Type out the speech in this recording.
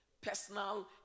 Personal